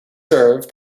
serve